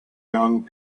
young